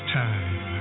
time